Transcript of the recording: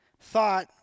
thought